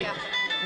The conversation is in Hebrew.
ומצליח.